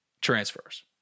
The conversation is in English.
transfers